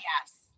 Yes